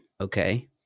okay